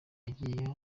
yagiye